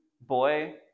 boy